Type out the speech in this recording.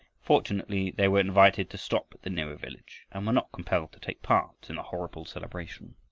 fortunately they were invited to stop at the nearer village and were not compelled to take part in the horrible celebration.